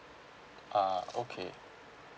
ah okay